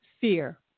fear